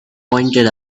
pointed